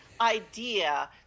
idea